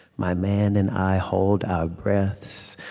my man and i hold our breaths,